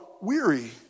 weary